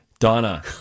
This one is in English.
Donna